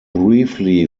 briefly